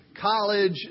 college